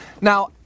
Now